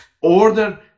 order